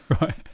right